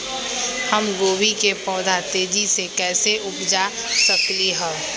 हम गोभी के पौधा तेजी से कैसे उपजा सकली ह?